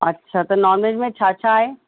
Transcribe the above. अच्छा त नॉनवेज में छा छा आहे